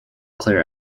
clair